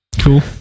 Cool